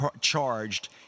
charged